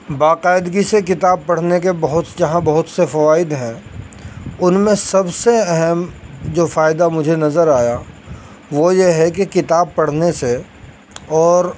باقاعدگی سے کتاب پڑھنے کے جہاں بہت سے فوائد ہیں ان میں سب سے اہم جو فائدہ مجھے نظر آیا وہ یہ ہے کہ کتاب پڑھنے سے اور